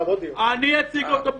אני אציג לו --- למה מחר?